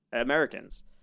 Americans